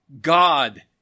God